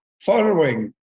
following